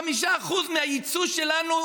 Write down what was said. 25% מהיצוא שלנו,